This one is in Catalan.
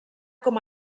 com